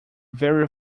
very